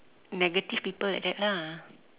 negative people like that lah